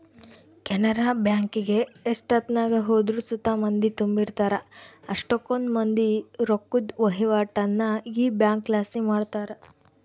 ಕೆನರಾ ಬ್ಯಾಂಕಿಗೆ ಎಷ್ಟೆತ್ನಾಗ ಹೋದ್ರು ಸುತ ಮಂದಿ ತುಂಬಿರ್ತಾರ, ಅಷ್ಟಕೊಂದ್ ಮಂದಿ ರೊಕ್ಕುದ್ ವಹಿವಾಟನ್ನ ಈ ಬ್ಯಂಕ್ಲಾಸಿ ಮಾಡ್ತಾರ